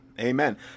amen